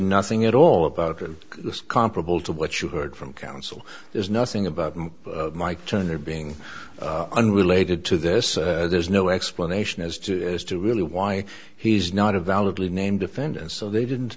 nothing at all about this comparable to what you heard from council there's nothing about mike turner being unrelated to this there's no explanation as to as to really why he's not a valid leave name defendant so they didn't